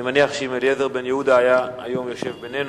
אני מניח שאם אליעזר בן-יהודה היה היום יושב בינינו,